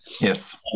Yes